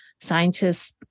scientists